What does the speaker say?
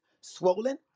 swollen